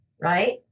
right